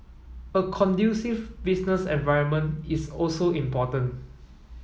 a conducive business environment is also important